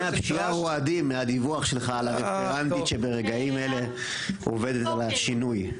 הפשיעה רועדים מהדיווח שלך על הרפרנטית שברגעים אלה עובדת על השינוי.